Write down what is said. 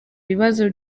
ibibazo